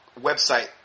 website